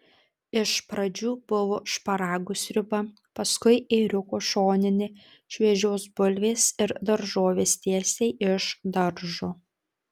iš pradžių buvo šparagų sriuba paskui ėriuko šoninė šviežios bulvės ir daržovės tiesiai iš daržo